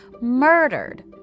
murdered